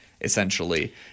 essentially